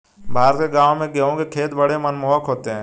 भारत के गांवों में गेहूं के खेत बड़े मनमोहक होते हैं